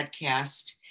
podcast